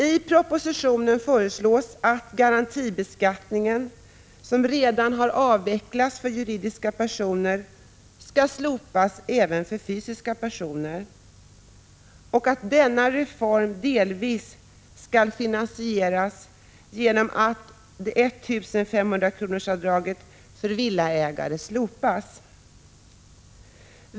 I propositionen föreslås att garantibeskattningen, som redan har avvecklats för juridiska personer, skall slopas även för fysiska personer och att denna reform delvis skall finansieras genom att 1 500-kronorsavdraget för villaägare slopas.